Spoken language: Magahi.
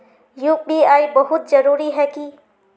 यु.पी.आई बहुत जरूरी है की?